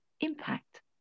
impact